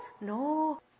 No